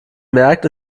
merkt